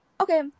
Okay